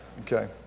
Okay